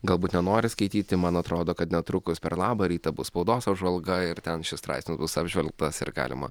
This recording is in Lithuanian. galbūt nenori skaityti man atrodo kad netrukus per labą rytą bus spaudos apžvalga ir ten šis straipsnis bus apžvelgtas ir galima